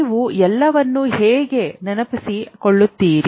ನೀವು ಎಲ್ಲವನ್ನೂ ಹೇಗೆ ನೆನಪಿಸಿಕೊಳ್ಳುತ್ತೀರಿ